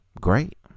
great